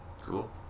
cool